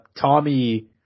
Tommy